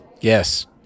Yes